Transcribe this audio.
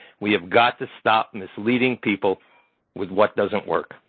we have got to stop misleading people with what doesn't work.